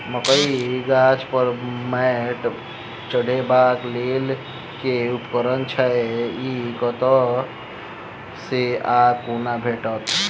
मकई गाछ पर मैंट चढ़ेबाक लेल केँ उपकरण छै? ई कतह सऽ आ कोना भेटत?